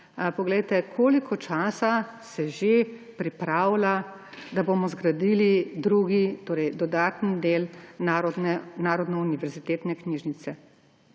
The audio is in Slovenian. Poglejte, koliko časa se že pripravlja, da bomo zgradili drugi, dodaten del Narodne univerzitetne knjižnice.